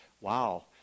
wow